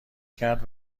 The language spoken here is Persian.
کرد